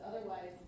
otherwise